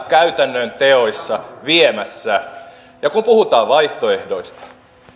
käytännön teoissa viemässä ja kun puhutaan vaihtoehdoista